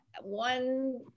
one